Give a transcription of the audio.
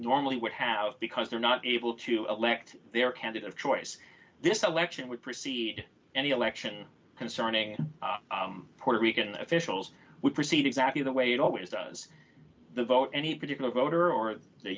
normally would have because they're not able to elect their candidate of choice this selection would proceed any election concerning puerto rican officials would proceed exactly the way it always does the vote any particular voter or the